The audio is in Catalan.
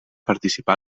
participà